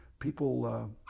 People